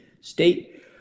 state